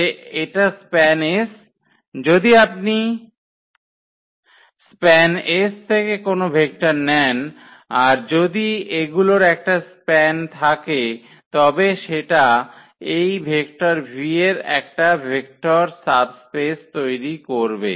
যে এটা SPAN যদি আপনি SPAN থেকে কোন ভেক্টর নেন আর যদি এগুলোর একটা স্প্যান থাকে তবে সেটা এই ভেক্টর V এর একটা ভেক্টর সাবস্পেস তৈরি করবে